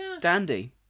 dandy